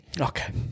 Okay